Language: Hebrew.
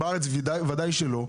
בארץ בוודאי שלא.